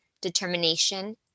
determination